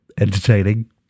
entertaining